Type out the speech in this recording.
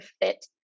fit